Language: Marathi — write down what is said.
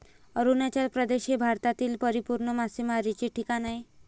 अरुणाचल प्रदेश हे भारतातील परिपूर्ण मासेमारीचे ठिकाण आहे